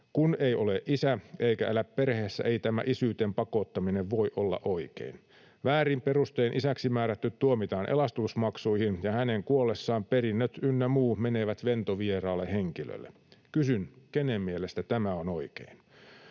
Kun ei ole isä eikä elä perheessä, ei tämä isyyteen pakottaminen voi olla oikein. Väärin perustein isäksi määrätty tuomitaan elatusmaksuihin, ja hänen kuollessaan perinnöt ynnä muu menevät ventovieraalle henkilölle. Kysyn: kenen mielestä tämä on oikein?